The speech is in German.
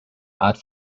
art